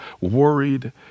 worried